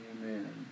Amen